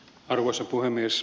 arvoisa puhemies